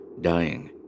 dying